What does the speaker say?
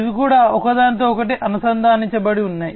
ఇవి కూడా ఒకదానితో ఒకటి అనుసంధానించబడి ఉన్నాయి